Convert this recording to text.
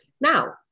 Now